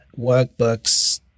workbooks